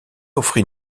offrit